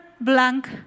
blank